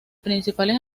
principales